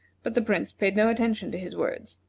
but the prince paid no attention to his words.